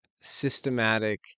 systematic